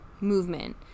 movement